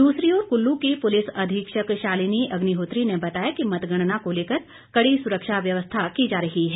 दूसरी ओर कल्लू की पुलिस अधीक्षक शालिनी अग्निहोत्री ने बताया कि मतगणना को लेकर कड़ी सुरक्षा व्यवस्था की जा रही है